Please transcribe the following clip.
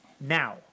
Now